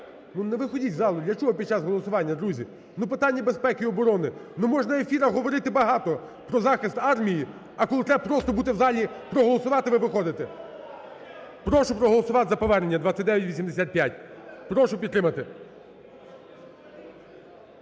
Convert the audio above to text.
не виходьте з залу. Для чого під час голосування, друзі? Ну, питання безпеки і оборони! Ну, можна в ефірах говорити багато про захист армії. А коли треба просто бути в залі, проголосувати, ви виходите! Прошу проголосувати за повернення 2985. Прошу підтримати.